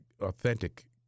authentic